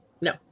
No